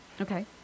Okay